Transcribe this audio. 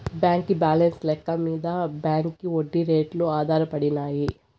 బాంకీ బాలెన్స్ లెక్క మింద బాంకీ ఒడ్డీ రేట్లు ఆధారపడినాయి